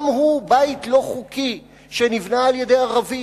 גם הוא בית לא חוקי שנבנה על-ידי ערבי,